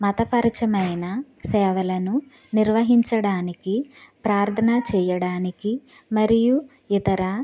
మతపరమైన సేవలను నిర్వహించడానికి ప్రార్థన చేయడానికి మరియు ఇతర